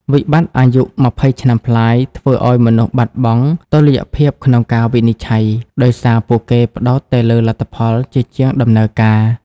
វិបត្តិអាយុ២០ ឆ្នាំប្លាយធ្វើឱ្យមនុស្សបាត់បង់តុល្យភាពក្នុងការវិនិច្ឆ័យ ដោយសារពួកគេផ្ដោតតែលើ "លទ្ធផល" ជាជាង "ដំណើរការ"។